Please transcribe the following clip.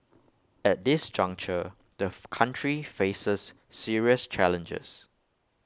at this juncture the country faces serious challenges